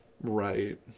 Right